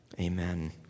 Amen